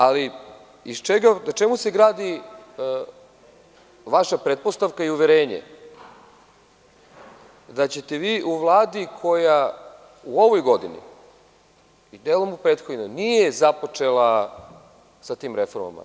Ali, na čemu se gradi vaša pretpostavka i uverenje da ćete vi u Vladi koja u ovoj godini i delom u prethodnoj, nije započela sa tim reformama.